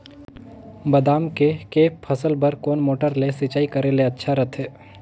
बादाम के के फसल बार कोन मोटर ले सिंचाई करे ले अच्छा रथे?